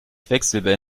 quecksilber